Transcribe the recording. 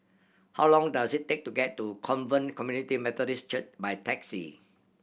how long does it take to get to Covenant Community Methodist Church by taxi